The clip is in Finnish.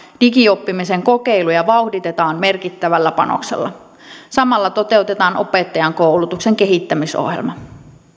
digioppimisen kokeiluja vauhditetaan merkittävällä panoksella samalla toteutetaan opettajankoulutuksen kehittämisohjelma